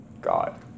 God